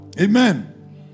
Amen